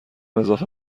اضافه